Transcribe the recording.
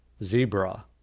zebra